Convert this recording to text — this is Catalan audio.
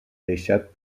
deixat